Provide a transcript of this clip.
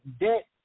debt